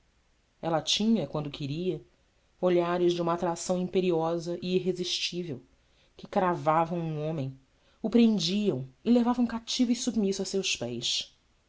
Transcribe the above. ela tinha quando queria olhares de uma atração imperiosa e irresistível que cravavam um homem o prendiam e levavam cativo e submisso a seus pés